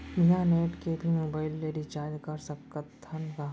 बिना नेट के भी मोबाइल ले रिचार्ज कर सकत हन का?